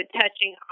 touching